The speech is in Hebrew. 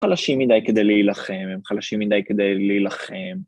חלשים מדי כדי להילחם, הם חלשים מדי כדי להילחם.